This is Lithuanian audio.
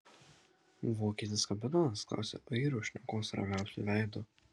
vokietis kapitonas klausė airio šnekos ramiausiu veidu